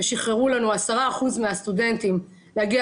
ושחררו לנו 10% מהסטודנטים להגיע